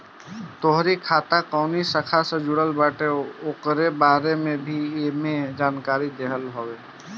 तोहार खाता कवनी शाखा से जुड़ल बाटे उकरे बारे में भी एमे जानकारी देहल होत हवे